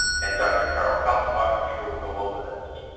and dr. karol kaltenbach, i'm sure, will go over this.